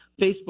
facebook